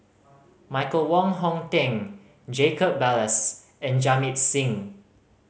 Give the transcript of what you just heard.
Michael Wong Hong Teng Jacob Ballas and Jamit Singh